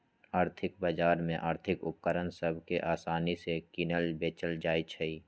आर्थिक बजार में आर्थिक उपकरण सभ के असानि से किनल बेचल जाइ छइ